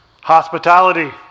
hospitality